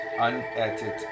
unedited